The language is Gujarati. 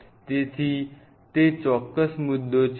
તેથી તે ચોક્કસ મુદ્દો છે